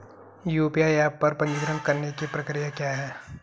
UPI app पर पंजीकरण करने की प्रक्रिया क्या है?